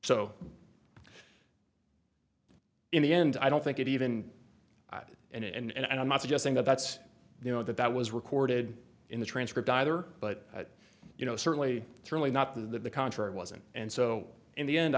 so in the end i don't think it even and i'm not suggesting that that's you know that that was recorded in the transcript either but you know certainly through a not the contrary wasn't and so in the end